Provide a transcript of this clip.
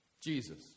Jesus